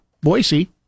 Boise